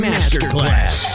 Masterclass